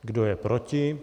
Kdo je proti?